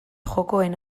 jokoen